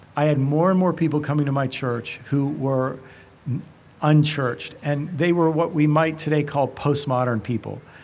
i had more and more people coming to my church who were unchurched and they were what we might today call postmodern people.